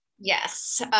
Yes